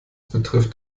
betrifft